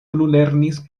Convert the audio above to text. plulernis